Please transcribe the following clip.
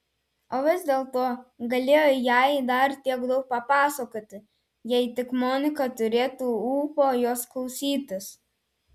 o vis dėlto galėjo jai dar tiek daug papasakoti jei tik monika turėtų ūpo jos klausytis